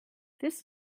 this